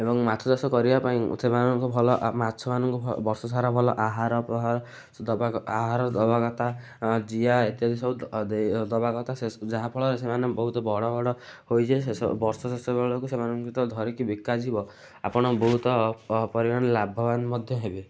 ଏବଂ ମାଛଚାଷ କରିବା ପାଇଁ ସେମାନଙ୍କୁ ଭଲ ମାଛମାନଙ୍କୁ ବର୍ଷସାରା ଭଲ ଆହାର ପ୍ରହାର ଆହାର ଦେବା କଥା ଆହାର ଦେବା କଥା ଜିଆ ଇତ୍ୟାଦି ସବୁ ଦେବା କଥା ଯାହାଫଳରେ ସେମାନେ ବହୁତ ବଡ଼ ବଡ଼ ହୋଇଯାଇ ଶେଷବର୍ଷ ଶେଷବେଳକୁ ଧରିକି ବିକାଯିବ ଆପଣ ବହୁତ ପରିମାଣରେ ଲାଭବାନ ମଧ୍ୟ ହେବେ